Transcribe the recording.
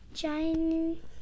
giant